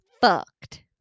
fucked